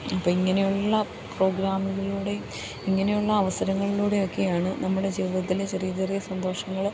അപ്പോൾ ഇങ്ങനെയുള്ള പ്രോഗ്രാമിലൂടെയും ഇങ്ങനെയുള്ള അവസരങ്ങളിലൂടെ ഒക്കെയാണ് നമ്മുടെ ജീവിതത്തിലെ ചെറിയ ചെറിയ സന്തോഷങ്ങൾ